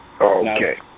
Okay